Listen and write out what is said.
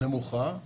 נמוכה,